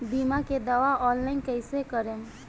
बीमा के दावा ऑनलाइन कैसे करेम?